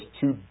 two